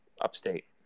upstate